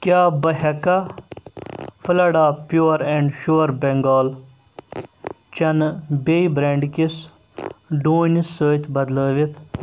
کیٛاہ بہٕ ہٮ۪کا پھلاڈا پیٛور اینٛڈ شور بٮ۪نٛگال چنہٕ بییٚہِ برٮ۪نڑ کِس ڈوٗنہِ سۭتۍ بدلٲوِتھ